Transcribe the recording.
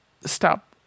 stop